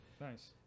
Nice